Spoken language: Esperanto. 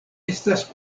estas